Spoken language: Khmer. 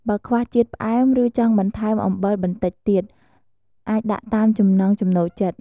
បើខ្វះជាតិផ្អែម ឬចង់បន្ថែមអំបិលបន្តិចទៀត អាចដាក់តាមចំណង់ចំណូលចិត្ត។